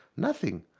nothing.